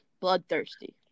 Bloodthirsty